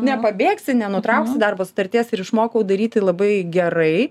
nepabėgsi nenutrauksi darbo sutarties ir išmokau daryti labai gerai